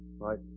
Right